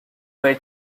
were